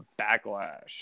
Backlash